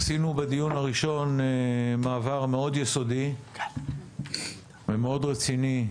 עשינו בדיון הראשון מעבר יסודי מאוד ורציני מאוד,